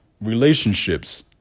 relationships